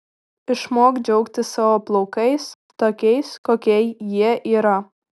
išmok džiaugtis savo plaukais tokiais kokie jie yra